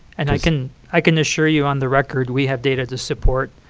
and i can i can assure you on the record we have data to support.